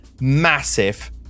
massive